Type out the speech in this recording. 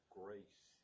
grace